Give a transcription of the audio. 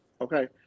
okay